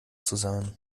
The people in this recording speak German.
zusammen